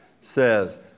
says